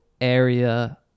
area